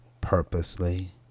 purposely